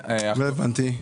לא הבנתי.